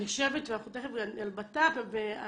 על בט"פ ועל